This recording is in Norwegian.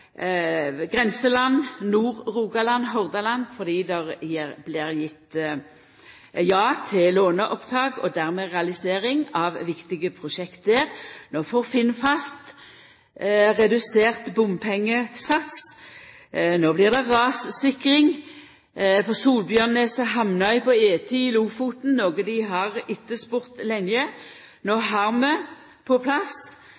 fordi det er gjeve eit ja til låneopptak og dermed realisering av viktige prosjekt der. No får Finnfast redusert bompengesats. No blir det rassikring på E10 Solbjørnneset–Hamnøy i Lofoten, noko ein har etterspurt lenge. No har vi på plass